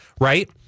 Right